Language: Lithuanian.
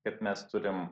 kad mes turim